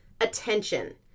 attention